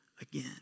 again